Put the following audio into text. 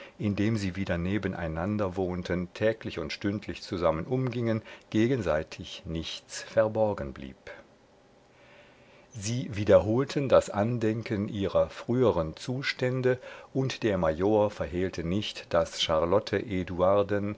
indem sie wieder nebeneinander wohnten täglich und stündlich zusammen umgingen gegenseitig nichts verborgen blieb sie wiederholten das andenken ihrer früheren zustände und der major verhehlte nicht daß charlotte